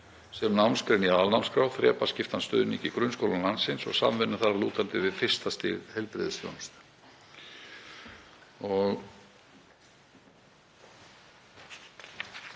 sem námsgrein í aðalnámskrá, þrepaskiptan stuðning í grunnskólum landsins og samvinnu þar að lútandi við fyrsta stig heilbrigðisþjónustu.